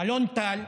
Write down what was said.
אלון טל,